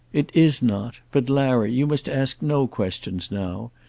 it is not. but, larry, you must ask no questions now.